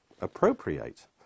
appropriate